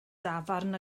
dafarn